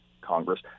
Congress